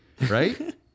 right